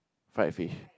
fried fish